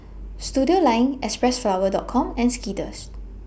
Studioline Xpressflower Dot Com and Skittles